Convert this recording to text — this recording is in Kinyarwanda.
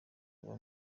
kuba